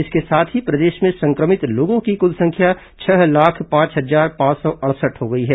इसके साथ ही प्रदेश में संक्रमित लोगों की कुल संख्या छह लाख पांच हजार पांच सौ अड़सठ हो गई है